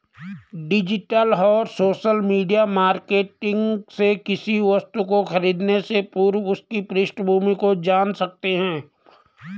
digital और social media marketing से किसी वस्तु को खरीदने से पूर्व उसकी पृष्ठभूमि को जान सकते है